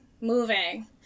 moving